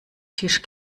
tisch